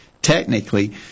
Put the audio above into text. technically